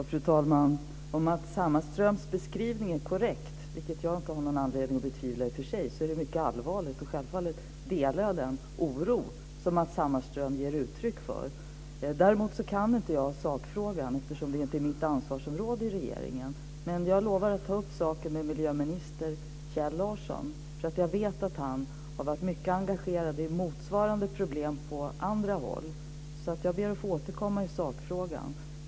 Fru talman! Om Matz Hammarströms beskrivning är korrekt, vilket jag i och för sig inte har någon anledning att betvivla, är det mycket allvarligt. Självfallet delar jag den oro som Matz Hammarström ger uttryck för. Däremot kan inte jag sakfrågan, eftersom detta inte är mitt ansvarsområde i regeringen. Men jag lovar att ta upp saken med miljöminister Kjell Larsson. Jag vet att han har varit mycket engagerad i motsvarande problem på andra håll, så jag ber att få återkomma i sakfrågan.